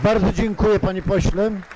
Bardzo dziękuję, panie pośle.